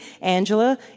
Angela